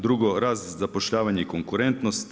Drugo, rast, zapošljavanje i konkurentnost.